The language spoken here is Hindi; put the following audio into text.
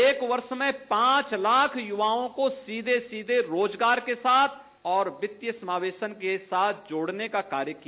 एक दर्ष में पांच लाख युवाओं को सीधे सीधे रोजगार के साथ और वित्तीय समादेशन के साथ जोड़ने का कार्य किया